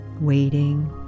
Waiting